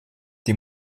die